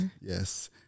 yes